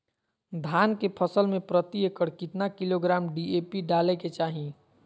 धान के फसल में प्रति एकड़ कितना किलोग्राम डी.ए.पी डाले के चाहिए?